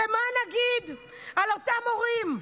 ומה נגיד על האנשים,